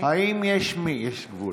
יש גבול,